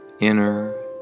inner